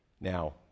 now